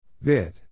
Vid